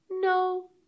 No